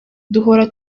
duhora